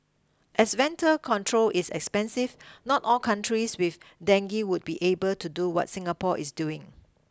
as ventor control is expensive not all countries with dengue would be able to do what Singapore is doing